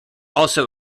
also